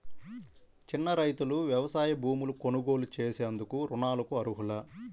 చిన్న రైతులు వ్యవసాయ భూములు కొనుగోలు చేసేందుకు రుణాలకు అర్హులా?